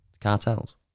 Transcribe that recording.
Cartels